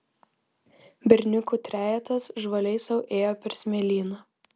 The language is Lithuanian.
berniukų trejetas žvaliai sau ėjo per smėlyną